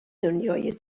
دنیای